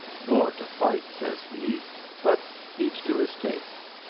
nor to fight, says he but each to his taste.